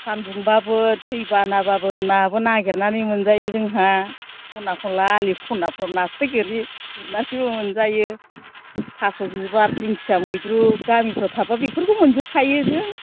सान्दुंबाबो दै बानाबाबो नाबो नागिरनानै मोनजायो जोंहा खना खनला आलि खनाफ्राव नास्राय गोरि हमनानैबो मोनजायो थास' बिबार दिंखिया मैद्रु गामिफ्राव थाबा बेफोरबो मोनजोबखायो जों